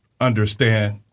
understand